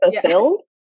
fulfilled